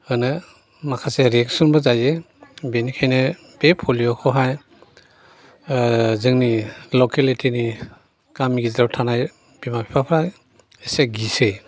होनो माखासे रिएकसनबो जायो बेनिखायनो बे पलिय'खौहाय जोंनि लकेलिटिनि गामि गेजेराव थानाय बिमा बिफाफ्रा एसे गिसै